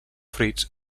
fruits